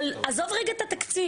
אבל עזוב רגע את התקציב.